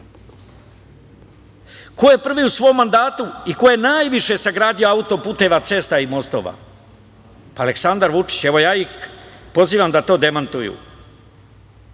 Ko je prvi u svom mandatu i ko je najviše sagradio auto puteva, ulica i mostova? Aleksandar Vučić. Evo ja ih pozivam da to demantuju.